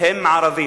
בו הם ערבים.